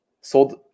sold